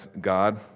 God